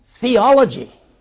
theology